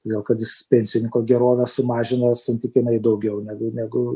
todėl kad jis pensininko gerovę sumažina santykinai daugiau negu negu